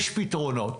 יש פתרונות.